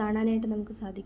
കാണാനായിട്ട് നമുക്ക് സാധിക്കും